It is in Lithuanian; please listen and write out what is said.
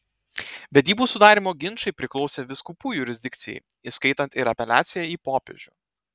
vedybų sudarymo ginčai priklausė vyskupų jurisdikcijai įskaitant ir apeliaciją į popiežių